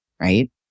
right